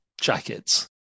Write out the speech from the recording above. jackets